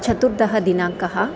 चतुर्थदिनाङ्कः